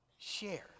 share